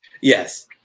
Yes